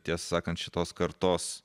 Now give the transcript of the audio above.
tiesą sakant šitos kartos